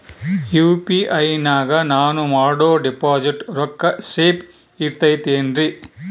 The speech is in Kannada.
ಯು.ಪಿ.ಐ ನಾಗ ನಾನು ಮಾಡೋ ಡಿಪಾಸಿಟ್ ರೊಕ್ಕ ಸೇಫ್ ಇರುತೈತೇನ್ರಿ?